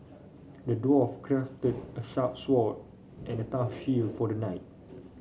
the dwarf crafted a sharp sword and a tough shield for the knight